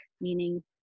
meaning